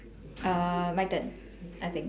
err my turn I think